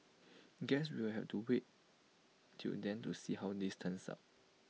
guess we'll wait till then to see how this turns out